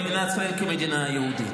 בלי שהם יכירו במדינת ישראל כמדינה יהודית.